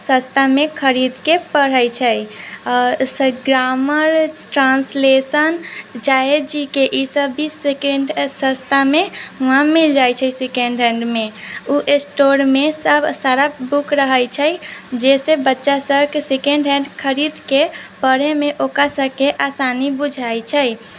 सस्ता मे खरीद के पढ़ै छै आओर ग्रामर ट्रान्सलेशन चाहे जी के ईसब भी सकेंड सस्ता मे वहाँ मिल जाइ छै सकेंड हैंडमे ओ स्टोरमे सब सारा बुक रहै छै जाहिसे बच्चा सब सकेंड हैंड खरीद के पढ़य मे ओकरा सबके आसानी बुझाइ छै